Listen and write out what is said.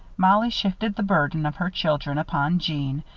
mollie shifted the burden of her children upon jeanne,